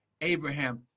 Abraham